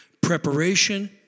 Preparation